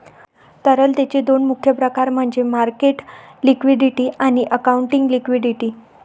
तरलतेचे दोन मुख्य प्रकार म्हणजे मार्केट लिक्विडिटी आणि अकाउंटिंग लिक्विडिटी